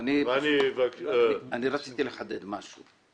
אני רציתי לחדד משהו.